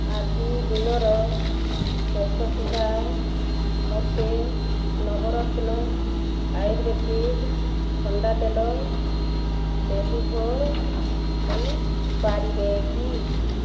ଆଜିଦିନର ଶେଷ ସୁଦ୍ଧା ମୋତେ ନବରତ୍ନ ଆୟୁର୍ବେଦିକ ଥଣ୍ଡା ତେଲ ଡେଲିବର୍ ହୋଇପାରିବେ କି